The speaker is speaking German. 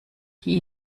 die